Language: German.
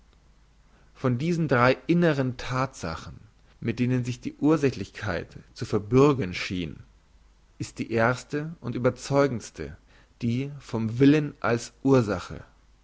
von diesen drei inneren thatsachen mit denen sich die ursächlichkeit zu verbürgen schien ist die erste und überzeugendste die vom willen als ursache